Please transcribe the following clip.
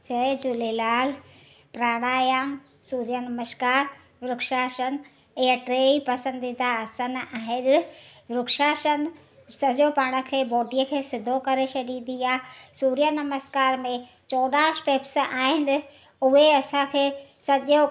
जय झूलेलाल प्राणायाम सूर्य नमस्कार वृक्षासन इहा टई पसंदीदा आसन आहिनि वृक्षासन सॼो पाण खे बॉडीअ खे सिधो करे छॾींदी आहे सूर्य नमस्कार में चोॾहां स्टैप्स आहिनि उहे असांखे सॼो